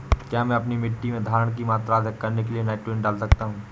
क्या मैं अपनी मिट्टी में धारण की मात्रा अधिक करने के लिए नाइट्रोजन डाल सकता हूँ?